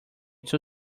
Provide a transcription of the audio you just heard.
too